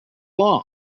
long